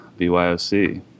BYOC